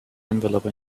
envelope